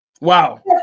Wow